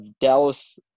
Dallas